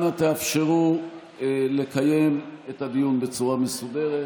אנא, תאפשרו לקיים את הדיון בצורה מסודרת.